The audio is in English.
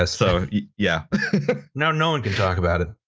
ah so yeah now no-one can talk about it.